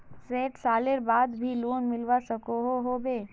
सैट सालेर बाद भी लोन मिलवा सकोहो होबे?